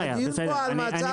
הדיון פה הוא על מצב ענף הדיג.